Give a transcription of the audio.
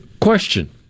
question